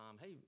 hey